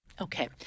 Okay